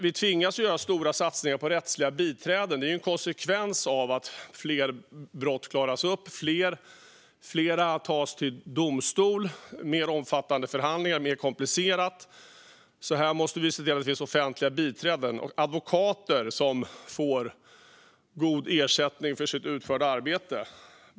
Vi tvingas göra stora satsningar på rättsliga biträden, vilket är en konsekvens av att fler brott klaras upp. Fler tas till domstol, och det är mer omfattande förhandlingar och mer komplicerat. Vi måste därför se till att det finns offentliga biträden och advokater som får god ersättning för sitt utförda arbete.